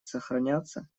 сохраняться